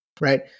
right